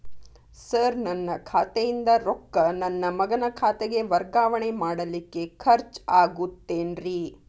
Sir ನನ್ನ ಖಾತೆಯಿಂದ ರೊಕ್ಕ ನನ್ನ ಮಗನ ಖಾತೆಗೆ ವರ್ಗಾವಣೆ ಮಾಡಲಿಕ್ಕೆ ಖರ್ಚ್ ಆಗುತ್ತೇನ್ರಿ?